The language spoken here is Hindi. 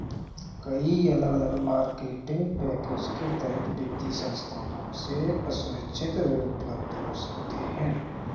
कई अलग अलग मार्केटिंग पैकेज के तहत वित्तीय संस्थानों से असुरक्षित ऋण उपलब्ध हो सकते हैं